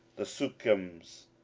the sukkiims,